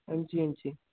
हां जी हां जी